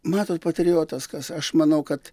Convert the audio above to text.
matot patriotas kas aš manau kad